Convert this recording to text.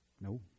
No